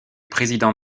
président